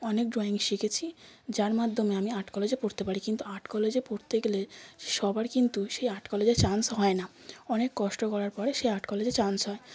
অনেক ড্রয়িং শিখেছি যার মাধ্যমে আমি আর্ট কলেজে পড়তে পারি কিন্তু আর্ট কলেজে পড়তে গেলে সবার কিন্তু সেই আর্ট কলেজে চান্স হয় না অনেক কষ্ট করার পরে সেই আর্ট কলেজে চান্স হয়